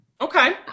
Okay